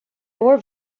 more